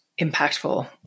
impactful